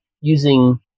using